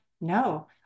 No